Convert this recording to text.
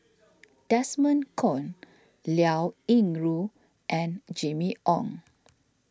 Desmond Kon Liao Yingru and Jimmy Ong